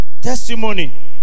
testimony